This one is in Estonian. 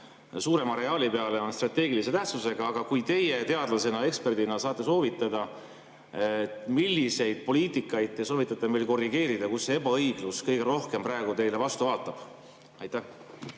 suurema areaali peale on strateegilise tähtsusega. Aga kui teie teadlasena, eksperdina saate soovitada, siis milliseid poliitikaid te soovitate meil korrigeerida. Kust see ebaõiglus teile praegu kõige rohkem vastu vaatab? Aitäh